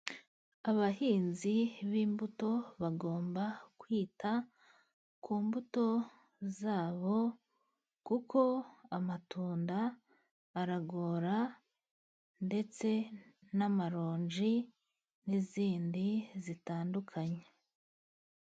Abahinzi b'imbuto bagomba kwita ku mbuto zabo, kuko amatunda aragora ndetse n'amaronji, n'izindi zitandukanye.